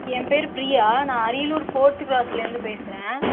ஏன் பேர் பிரியா நான் அரியலூர் ஃபோர்த்து கிராஸ்லேந்து பேசுகிறேன்